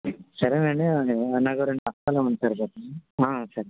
సరేనండి నాకు ఒక రెండు హస్తాలు ఇవ్వండి సరిపోతుంది సరే